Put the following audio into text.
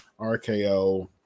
RKO